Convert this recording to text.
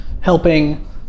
helping